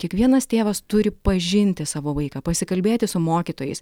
kiekvienas tėvas turi pažinti savo vaiką pasikalbėti su mokytojais